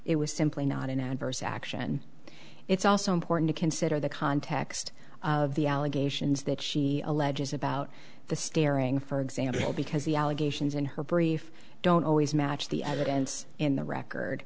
it was simply not an adverse action it's also important to consider the context of the allegations that she alleges about the staring for example because the allegations in her brief don't always match the evidence in the record